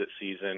season